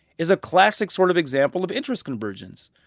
is a classic sort of example of interest convergence.